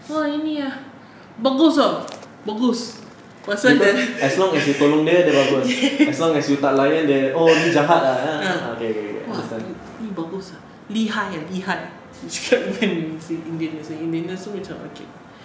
!wah! ini ah bagus tahu bagus pasal the yes ah !wah! ini bagus tahu 厉害 ah 厉害 dia cakap dengan si indian nurse itu indian nurse itu macam okay